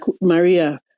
Maria